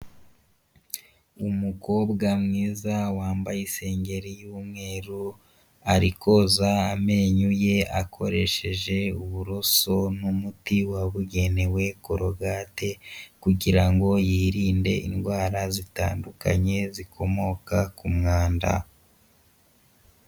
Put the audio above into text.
Umukobwa mwiza wambaye isengeri y'umweru, ari koza amenyo ye akoresheje uburoso n'umuti wabugenewe korogate, kugirango y'irinde indwara zitandukanye zikomoka ku mwanda.